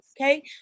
okay